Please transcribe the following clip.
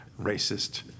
racist